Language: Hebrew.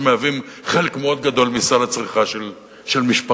שמהווים חלק מאוד גדול מסל הצריכה של משפחה,